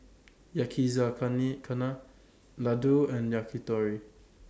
Ladoo and Yakitori